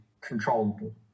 controllable